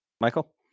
Michael